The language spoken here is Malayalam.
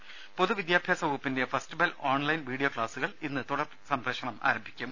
രേര പൊതു വിദ്യാഭ്യാസ വകുപ്പിന്റെ ഫസ്റ്റ്ബെൽ ഓൺലൈൻ വീഡിയോ ക്ലാസുകൾ ഇന്നു തുടർ സംപ്രേഷണം ആരംഭിക്കും